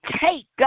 take